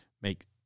make